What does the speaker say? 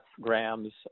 grams